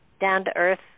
down-to-earth